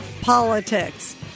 politics